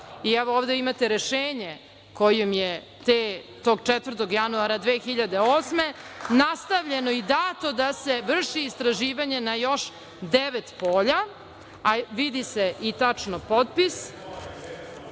i evo ovde imate rešenje kojim je tog 4. januara 2008. godine nastavljeno i dato da se vrši istraživanje na još devet polja, a vidi se i tačno potpis.